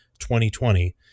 2020